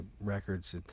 records